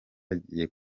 agiye